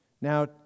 Now